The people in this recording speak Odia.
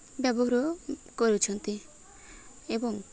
ବ୍ୟବହାର କରୁଛନ୍ତି ଏବଂ